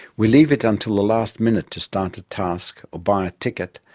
we leave it until the last minute to start a task, or buy a ticket,